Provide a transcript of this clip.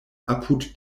apud